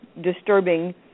disturbing